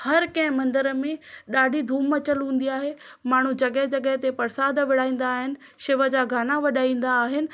हर कंहिं मंदर में ॾाढी धूम मचल हूंदी आहे माण्हू जॻह जॻह ते प्रसाद विराईंदा आहिनि शिव जा गाना वॼाईंदा आहिनि